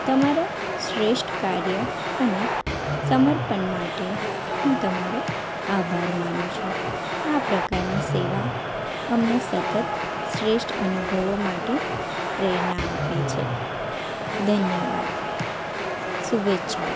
તમારા શ્રેષ્ટ કાર્ય અને સમર્પણ માટે હું તમારો આભાર માનું છું આ પ્રકારની સેવા અમને સતત શ્રેષ્ઠ અનુભવો માટે પ્રેરણા આપે છે ધન્યવાદ શુભેચ્છાઓ